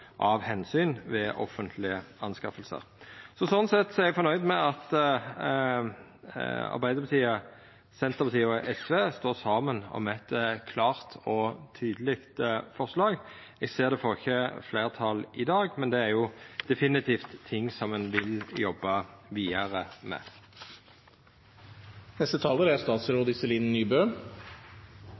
eg fornøgd med at Arbeidarpartiet, Senterpartiet og SV står saman om eit klart og tydeleg forslag. Eg ser at det ikkje får fleirtal i dag, men det er definitivt ting ein vil jobba vidare med. Det er